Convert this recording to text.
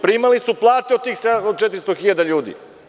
Primali su plate od tih 400.000 ljudi.